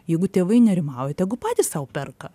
jeigu tėvai nerimauja tegu patys sau perka